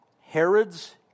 Herod's